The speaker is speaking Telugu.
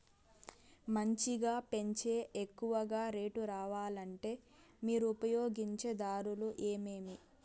మంచిగా పెంచే ఎక్కువగా రేటు రావాలంటే మీరు ఉపయోగించే దారులు ఎమిమీ?